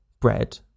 bread